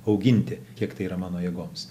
auginti kiek tai yra mano jėgoms